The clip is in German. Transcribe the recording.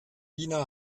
ina